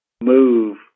move